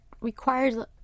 Requires